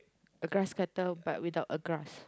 a grass cutter but without a grass